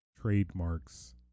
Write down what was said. trademarks